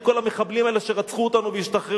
שמות כל המחבלים האלה שרצחו אותנו והשתחררו.